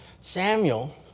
Samuel